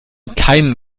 keinen